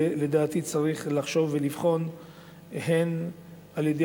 ולדעתי צריך לחשוב ולבחון הן על-ידי